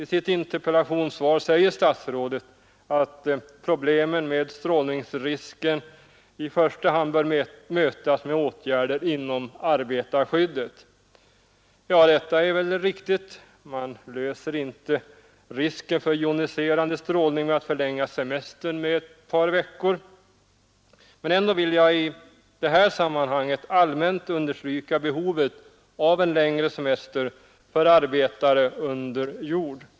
I sitt interpellationssvar säger statsrådet att problemen med strålningsrisken i första hand bör mötas med åtgärder inom arbetarskyddet. Det är väl riktigt. Man löser inte problemet med risken för joniserande strålning med att förlänga semestern ett par veckor. Men ändå vill jag i detta sammanhang rent allmänt understryka behovet av en längre semester för arbetare under jord.